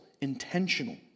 intentional